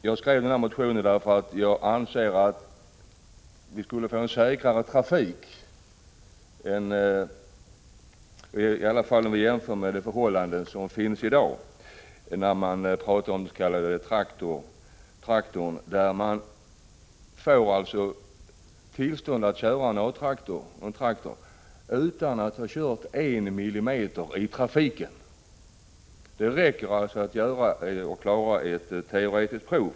Jag skrev motionen därför att jag anser att vi skulle få en säkrare trafik, i varje fall om vi jämför med dagens förhållanden, när man kan få tillstånd att köra en s.k. A-traktor utan att ha kört en millimeter i trafiken. Det räcker med att klara ett teoretiskt prov.